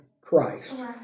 Christ